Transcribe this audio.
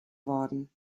worden